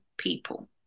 people